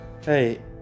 Hey